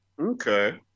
okay